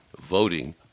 voting